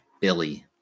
Billy